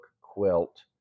quilt